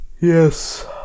Yes